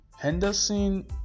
Henderson